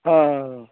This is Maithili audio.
हाँ